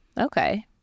Okay